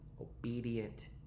obedient